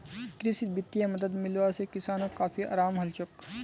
कृषित वित्तीय मदद मिलवा से किसानोंक काफी अराम हलछोक